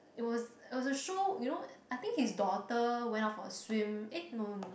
it was was a show you know I think his daughter went out for a swim eh no no